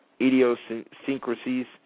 idiosyncrasies